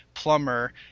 Plumber